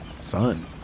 Son